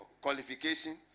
qualification